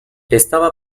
estaba